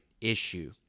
issue